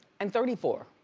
and thirty four,